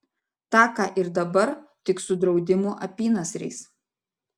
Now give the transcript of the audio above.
tą ką ir dabar tik su draudimų apynasriais